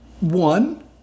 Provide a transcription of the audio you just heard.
One